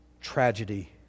tragedy